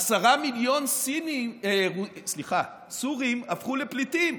עשרה מיליון סורים הפכו לפליטים.